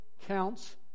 counts